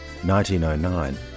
1909